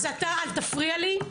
אז אתה אל תפריע לי.